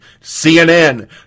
CNN